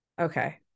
Okay